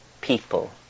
people